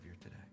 today